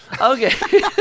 Okay